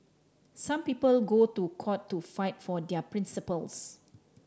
some people go to court to fight for their principles